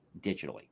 digitally